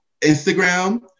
Instagram